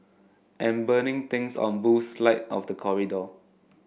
and burning things on Boo's slide of the corridor